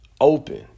open